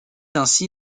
ainsi